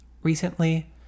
Recently